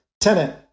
Tenant